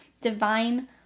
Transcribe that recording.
divine